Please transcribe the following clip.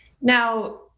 Now